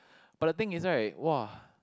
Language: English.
but the thing is right !wah!